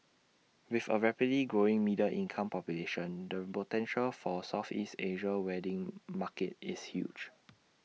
with A rapidly growing middle income population the potential for Southeast Asian wedding market is huge